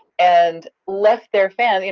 and left their fans,